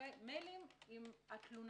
עם התלונה.